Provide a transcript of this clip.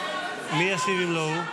מי ישיב אם לא הוא?